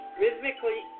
rhythmically